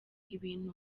ibintu